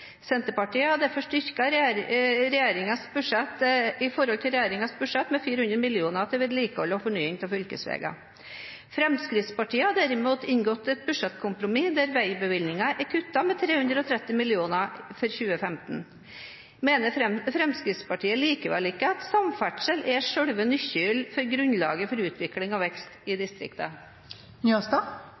Senterpartiet har derfor styrket budsjettet i forhold til regjeringens budsjett med 400 mill. kr til vedlikehold og fornying av fylkesveiene. Fremskrittspartiet har derimot inngått et budsjettkompromiss der veibevilgningen er kuttet med 330 mill. kr for 2015. Mener Fremskrittspartiet likevel ikke at samferdsel er selve nøkkelen til grunnlaget for utvikling og vekst i